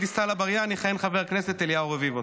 דיסטל אטבריאן יכהן חבר הכנסת אליהו רביבו.